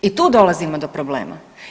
I tu dolazimo do problema.